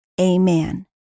Amen